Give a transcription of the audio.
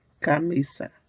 camisa